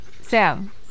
Sam